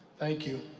thank you.